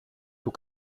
του